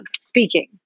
speaking